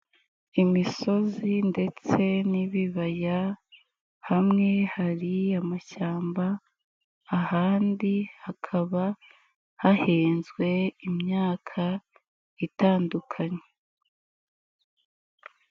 Imisozi ndetse n'ibibaya hamwe hari amashyamba, ahandi hakaba hahinzwe imyaka itandukanye.